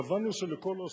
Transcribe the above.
קבענו שלכל רשות,